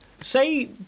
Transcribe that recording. Say